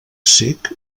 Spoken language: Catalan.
cec